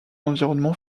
environnement